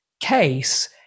case